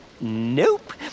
Nope